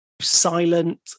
silent